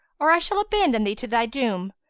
or i shall abandon thee to thy doom.